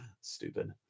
Stupid